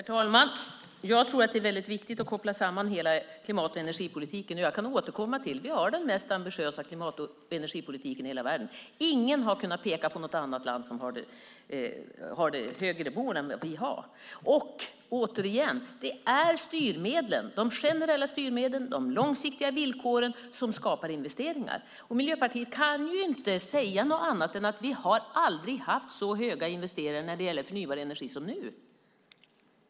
Herr talman! Jag tror att det är viktigt att koppla samman hela klimat och energipolitiken, och jag kan återkomma till att vi har den mest ambitiösa klimat och energipolitiken i hela världen. Ingen har kunnat peka på något annat land som har högre mål än vad vi har. Återigen: Det är de generella styrmedlen och de långsiktiga villkoren som skapar investeringar. Miljöpartiet kan inte säga något annat än att vi aldrig har haft så stora investeringar i förnybar energi som nu.